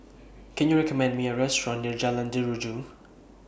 Can YOU recommend Me A Restaurant near Jalan Jeruju